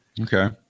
Okay